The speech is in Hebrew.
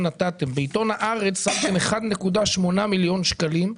נתתם בעיתון "הארץ" שמתם 1.8 מיליון שקלים,